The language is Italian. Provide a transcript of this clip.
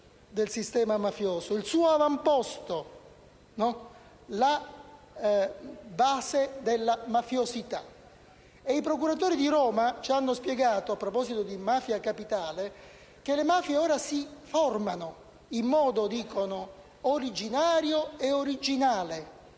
il suo avamposto, la base della mafiosità». I procuratori di Roma ci hanno spiegato, a proposito di Mafia Capitale, che le mafie ora si formano in modo originario e originale.